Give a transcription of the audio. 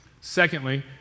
Secondly